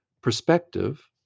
perspective